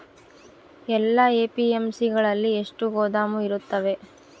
ಎಲ್ಲಾ ಎ.ಪಿ.ಎಮ್.ಸಿ ಗಳಲ್ಲಿ ಎಷ್ಟು ಗೋದಾಮು ಇರುತ್ತವೆ?